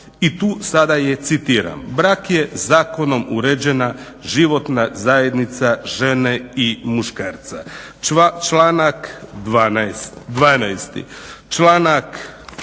I tu sada je citiram: "Brak je zakonom uređena životna zajednica žene i muškarca", članak 12.